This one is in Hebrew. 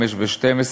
5 ו-12,